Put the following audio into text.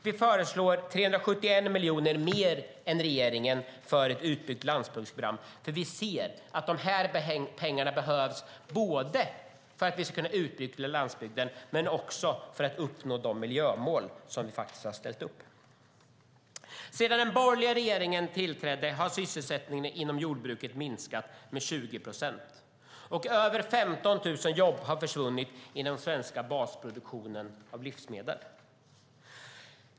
Vi föreslår 371 miljoner mer än regeringen för ett utbyggt landsbygdsprogram, för vi ser att de pengarna behövs för att vi ska kunna utveckla landsbygden men också för att uppnå de miljömål som vi faktiskt har satt upp. Sedan den borgerliga regeringen tillträdde har sysselsättningen inom jordbruket minskat med 20 procent. Över 15 000 jobb har försvunnit inom den svenska basproduktionen av livsmedel.